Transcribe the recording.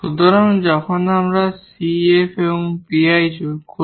সুতরাং যখন আমরা 𝐶𝐹 এবং 𝑃𝐼 যোগ করি